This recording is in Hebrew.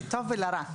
לטוב ולרע.